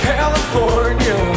California